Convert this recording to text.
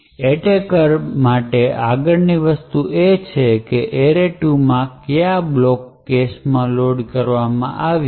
attacker માટે આગળની વસ્તુ એ છે કે array2 માં કયા બ્લોક કેશમાં લોડ કરવામાં આવ્યો છે